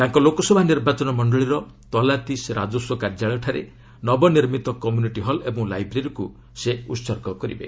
ତାଙ୍କ ଲୋକସଭା ନିର୍ବାଚନ ମଣ୍ଡଳୀର ତଲାତିସ୍ ରାଜସ୍ୱ କାର୍ଯ୍ୟାଳୟଠାରେ ନବନିର୍ମିତ କମ୍ୟୁନିଟି ହଲ୍ ଓ ଲାଇବ୍ରେରୀକୁ ସେ ଉତ୍ସର୍ଗ କରିବେ